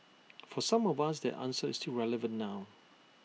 for some of us that answer is still relevant now